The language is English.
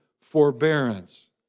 forbearance